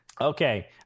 Okay